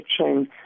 chain